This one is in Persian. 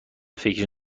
فکری